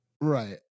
Right